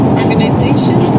organization